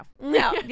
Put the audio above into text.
No